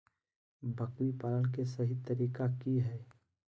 बकरी पालन के सही तरीका की हय?